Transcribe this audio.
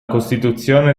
costituzione